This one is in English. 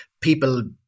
people